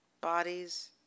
Bodies